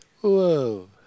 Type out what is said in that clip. Whoa